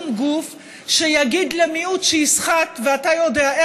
מבינים, חברת הכנסת נחמיאס, תודה.